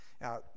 now